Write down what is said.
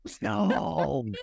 No